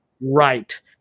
right